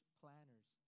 planners